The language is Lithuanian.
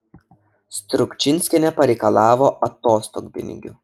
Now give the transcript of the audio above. strukčinskienė pareikalavo atostogpinigių